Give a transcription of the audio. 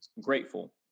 grateful